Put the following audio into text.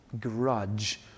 grudge